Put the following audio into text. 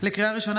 לקריאה ראשונה,